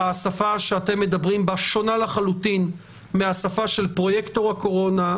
השפה שאתם מדברים בה שונה לחלוטין מהשפה של פרוייקטור הקורונה,